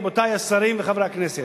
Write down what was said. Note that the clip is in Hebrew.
רבותי השרים וחברי הכנסת,